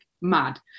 mad